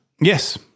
Yes